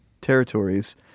territories